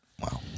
Wow